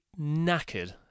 knackered